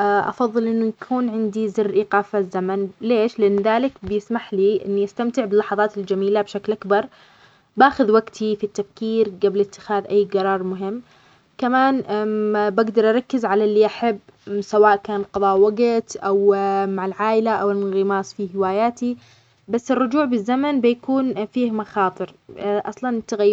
أفضل يكون عندي زر لإيقاف الزمن. لأنني أقدر أستغل اللحظات المهمة أو أركز على أمور مهمة بدون ضغوط الوقت. ممكن أخلص شغلي أو أتمتع بلحظات مع الناس اللي أحبهم بسلام، وأيضًا يمكنني استغلال